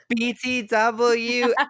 BTW